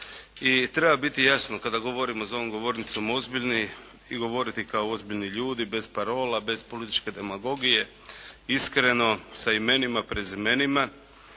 treba biti jasno kada govorimo za ovom govornicom ozbiljni i govoriti kao ozbiljni ljudi bez parola, bez političke demagogije iskreno sa imenima, prezimenima